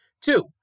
Two